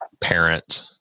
parent